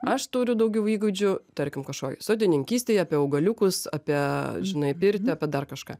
aš turiu daugiau įgūdžių tarkim kažkokį sodininkystėj apie augaliukus apie žinai pirtį apie dar kažką